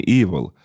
evil